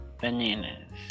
bananas